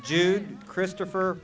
jude christopher